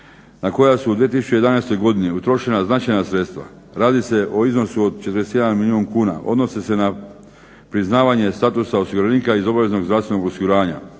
na koja su u 2011. godini utrošena značajna sredstva. Radi se o iznosu od 41 milijun kuna. Odnose se na priznavanje statusa osiguranika iz obaveznog zdravstvenog osiguranja